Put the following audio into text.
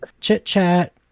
chit-chat